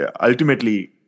ultimately